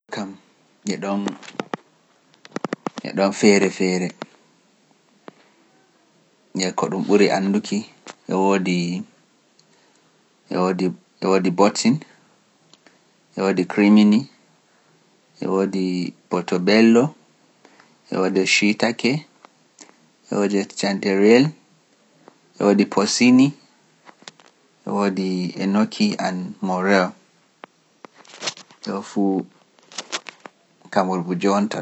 Ɗam kam, eɗon feere feere, e ko ɗum ɓuri annduki, e woodi botsin, e woodi crimini, e woodi potobello, e woodi shitake, e woodi chanterelle, e woodi e nokki an mo rew, te o fu kammuɗo bu jontata.